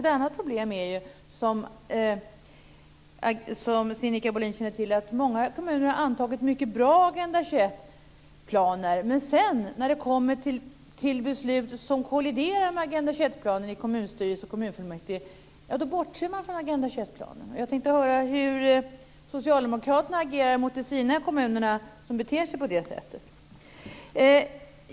Ett annat problem är, som Sinikka Bohlin känner till, att många kommuner har antagit mycket bra Agenda 21-planer men när det kommer till beslut som kolliderar med Agenda 21-planer i kommunstyrelse och kommunfullmäktige bortser man från Agenda 21-planerna. Jag skulle vilja höra hur Socialdemokraterna agerar gentemot de sina ute i kommunerna som beter sig på det sättet.